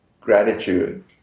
gratitude